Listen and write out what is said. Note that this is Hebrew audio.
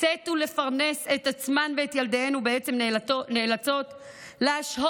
לצאת ולפרנס את עצמן ואת ילדיהן ובעצם נאלצות להשהות,